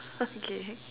okay